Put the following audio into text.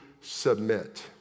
submit